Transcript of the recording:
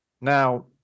Now